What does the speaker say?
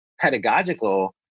pedagogical